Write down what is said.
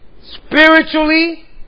spiritually